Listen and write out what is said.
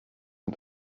and